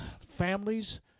families